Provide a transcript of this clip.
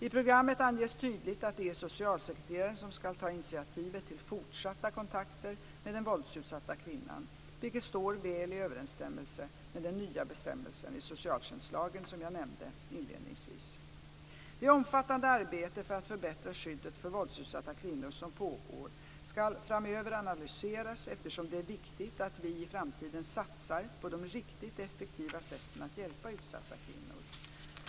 I programmet anges tydligt att det är socialsekreteraren som ska ta initiativet till fortsatta kontakter med den våldsutsatta kvinnan, vilket står väl i överensstämmelse med den nya bestämmelsen i socialtjänstlagen, som jag nämnde inledningsvis. Det omfattande arbete för att förbättra skyddet för våldsutsatta kvinnor som pågår ska framöver analyseras, eftersom det är viktigt att vi i framtiden satsar på de riktigt effektiva sätten att hjälpa utsatta kvinnor.